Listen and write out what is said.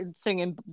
singing